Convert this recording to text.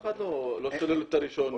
אחד לא שולל לו את רשיון המוביל.